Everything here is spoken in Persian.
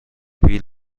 بیل